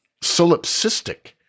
solipsistic